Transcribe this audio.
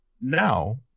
Now